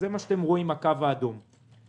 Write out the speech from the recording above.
זה הקו האדום שאתם רואים.